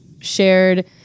shared